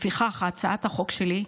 לפיכך, הצעת החוק שלי,